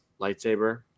lightsaber